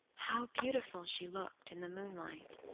how beautiful she looked in the moonlight!